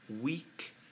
weak